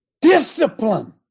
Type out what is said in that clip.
Discipline